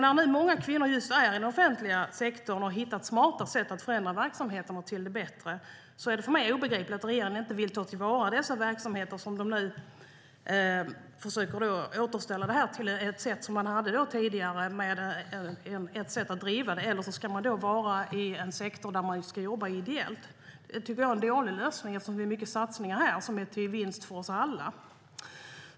När nu många kvinnor är i just den offentliga sektorn och har hittat smarta sätt att förändra verksamheterna till det bättre är det obegripligt för mig att regeringen inte vill ta till vara de verksamheterna utan försöker återställa till ett sätt som man hade tidigare, ett sätt att driva det, eller också ska man vara i en sektor där man ska jobba ideellt. Det tycker jag är en dålig lösning, eftersom det är många satsningar som är en vinst för oss alla.